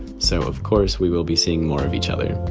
so, of course, we will be seeing more of each other.